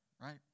right